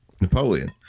Napoleon